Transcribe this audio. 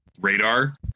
radar